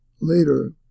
later